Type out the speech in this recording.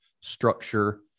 structure